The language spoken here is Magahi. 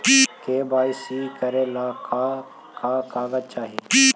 के.वाई.सी करे ला का का कागजात चाही?